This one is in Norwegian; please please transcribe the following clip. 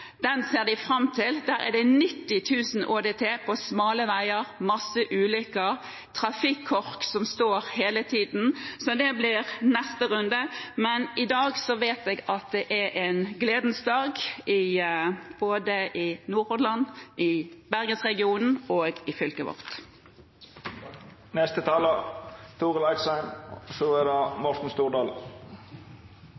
Den ser de fram til. Der er det en ÅDT på 90 000, på smale veier, masse ulykker, trafikkork hele tiden. Så det blir neste runde. Men i dag vet jeg at det er en gledens dag, både i Nordhordland, i Bergens-regionen og i fylket